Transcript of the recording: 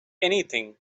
anything